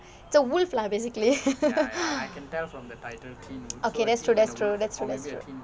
it's a wolf lah basically okay that's true that's true that's true that's true